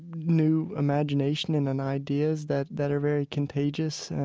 new imagination and and ideas that that are very contagious.